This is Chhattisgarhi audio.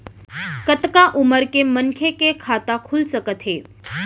कतका उमर के मनखे के खाता खुल सकथे?